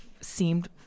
seemed